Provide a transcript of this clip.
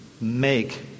make